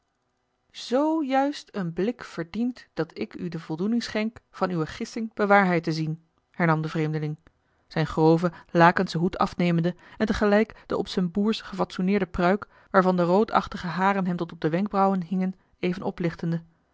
juist een blik verdient dat ik u de voldoening schenk van uwe gissing bewaarheid te zien hernam de vreemdeling zijn groven lakenschen hoed afnemende en tegelijk de op zijn boersch gefatsoeneerde pruik waarvan de roodachtige haren hem tot op de wenkbrauwen hingen even oplichtende